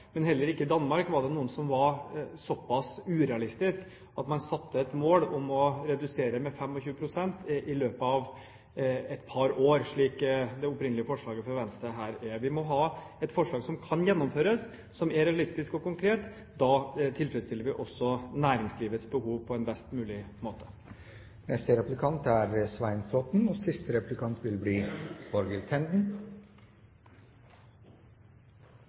var det noen som var såpass urealistiske at man satte et mål om å redusere med 25 pst. i løpet av et par år, slik det opprinnelige forslaget fra Venstre var. Vi må ha et forslag som kan gjennomføres, og som er realistisk og konkret. Da tilfredsstiller vi også næringslivets behov på en best mulig måte.